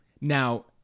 Now